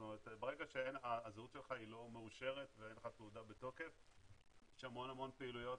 ברגע שהזהות שלך לא מאושרת ואין לך תעודה בתוקף יש המון פעילויות,